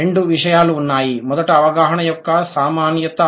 రెండు విషయాలు ఉన్నాయి మొదట అవగాహన యొక్క సామాన్యత